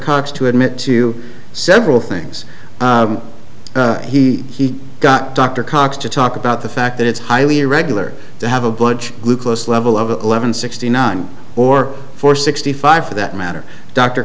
cox to admit to several things he got dr cox to talk about the fact that it's highly irregular or to have a bunch glucose level of eleven sixty nine or four sixty five for that matter dr